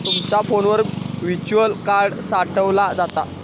तुमचा फोनवर virtual card साठवला जाता